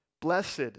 Blessed